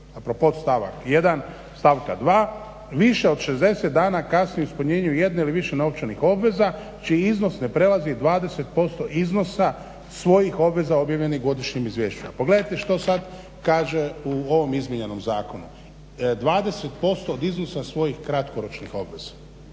a pro po stavak 1. stavka 2. više od 60 dana kasni u ispunjenju jedne ili više novčanih obveza čiji iznos ne prelazi 20% iznosa svojih obveza objavljenih u godišnjem izvješću. A pogledajte što sad kaže u ovom izmijenjenom zakonu, 20% od iznosa svojih kratkoročnih obveza.